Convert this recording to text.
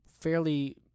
fairly